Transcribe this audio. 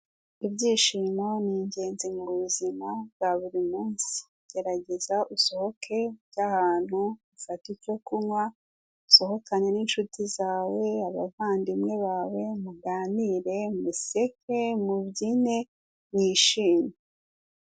Ibyishimo ni ingenzi mu buzima bwa buri munsi. Geregeza usohoke uge ahantu ufate icyo kunywa, usohokane n'inshuti zawe, abavandimwe bawe, muganire, museke, mubyine, mwishime.